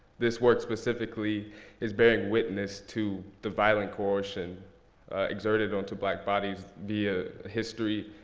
this work specifically is bearing witness to the violent caution exerted onto black bodies via history,